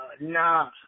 nah